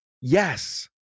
Yes